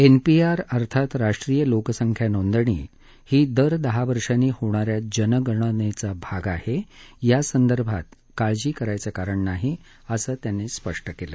NPR अर्थात राष्ट्रीय लोकसंख्या नोंदणी ही दर दहा वर्षांनी होणाऱ्या जनगणनेचा भाग आहे या संदर्भात काळजी करण्याचं कारण नाही असं त्यांनी स्पष्ट केलं